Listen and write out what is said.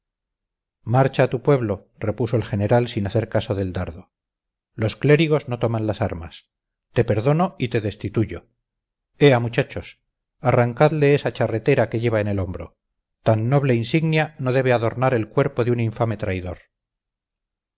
marcha a tu pueblo repuso el general sin hacer caso del dardo los clérigos no toman las armas te perdono y te destituyo ea muchachos arrancadle esa charretera que lleva en el hombro tan noble insignia no debe adornar el cuerpo de un infame traidor